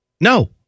No